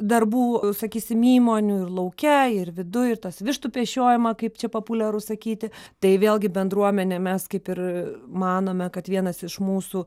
darbų sakysim įmonių ir lauke ir viduj ir tas vištų pešiojimą kaip čia populiaru sakyti tai vėlgi bendruomenė mes kaip ir manome kad vienas iš mūsų